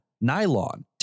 nylon